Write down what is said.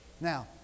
Now